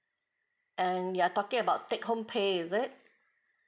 and you're talking about take home pay is it